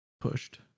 pushed